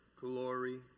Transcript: glory